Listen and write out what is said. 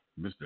Mr